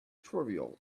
trivial